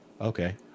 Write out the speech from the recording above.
Okay